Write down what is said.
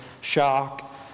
shock